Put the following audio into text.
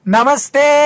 Namaste